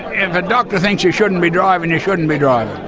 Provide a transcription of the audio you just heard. if a doctor thinks you shouldn't be driving, you shouldn't be driving.